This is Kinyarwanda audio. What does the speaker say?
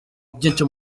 byinshi